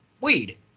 weed